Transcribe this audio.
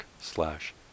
slash